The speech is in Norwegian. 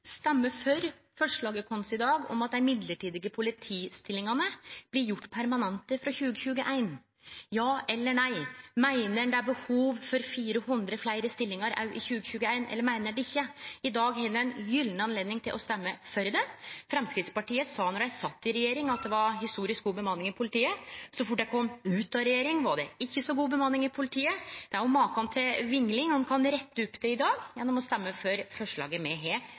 dag om at dei mellombelse politistillingane blir gjorde permanente frå 2021? Ja eller nei. Meiner ein det er behov for 400 fleire stillingar òg i 2021, eller meiner ein det ikkje? I dag har ein ein gyllen anledning til å stemme for det. Framstegspartiet sa då dei sat i regjering, at det var historisk god bemanning i politiet. Så fort dei kom ut av regjering, var det ikkje så god bemanning i politiet. Makan til vingling. Ein kan rette opp det i dag ved å stemme for forslaget me har